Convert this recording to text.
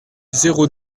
zéro